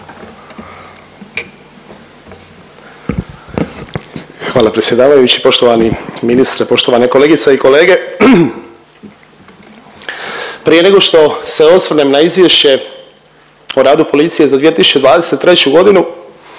Hvala predsjedavajući. Poštovani ministre, poštovane kolegice i kolege. Prije nego što se osvrnem na Izvješće o radu policije za 2023.g.,